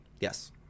Yes